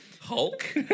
Hulk